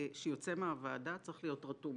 שיוצא מהוועדה צריך להיות רתום